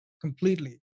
completely